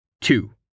Two